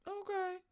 Okay